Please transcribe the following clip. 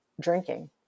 drinking